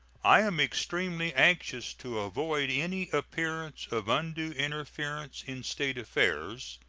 i am extremely anxious to avoid any appearance of undue interference in state affairs,